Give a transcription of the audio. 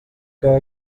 que